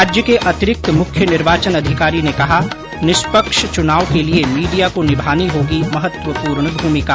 राज्य के अतिरिक्त मुख्य निर्वाचन अधिकारी ने कहा निष्पक्ष चुनाव के लिए मीडिया को निभानी होगी महत्वपूर्ण भूमिका